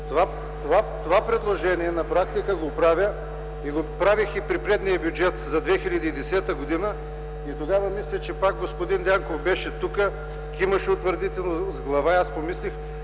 Това предложение правя на практика. Правих го и при предния бюджет за 2010 г. Тогава мисля, че пак господин Дянков беше тук, кимаше утвърдително с глава и аз помислих,